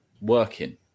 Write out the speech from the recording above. working